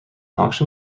auction